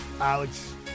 Alex